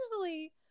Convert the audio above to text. usually